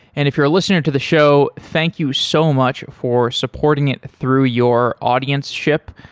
and if you're listening to the show, thank you so much for supporting it through your audienceship.